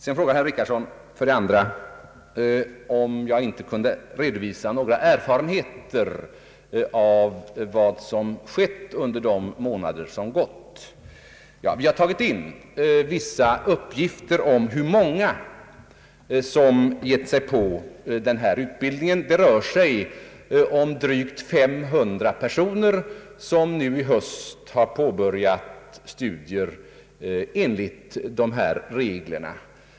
För det andra frågade herr Richardson om jag inte kunde redovisa några erfarenheter av vad som skett under de gångna månaderna. Vi har tagit in vissa uppgifter — det rör sig om drygt 500 personer, som nu i höst påbörjat studier enligt de nya reglerna.